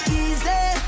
easy